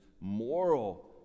moral